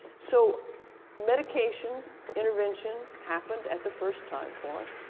so medication intervention happened at the first time point,